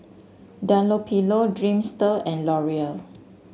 Dunlopillo Dreamster and Laurier